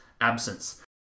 absence